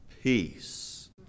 peace